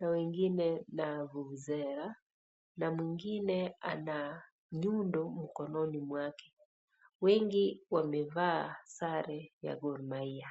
na wengine na vuvuzela na mwingine ana nyundo mkononi mwake. Wengi wamevaa sare ya Gormahia.